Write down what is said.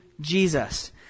Jesus